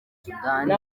soudan